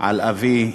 על אבי,